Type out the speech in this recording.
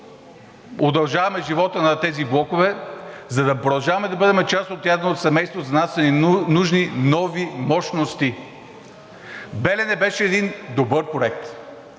удължаваме живота на тези блокове, за да продължаваме да бъдем част от ядреното семейство, на нас са ни нужни нови мощности. „Белене“ беше един добър проект.